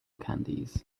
candies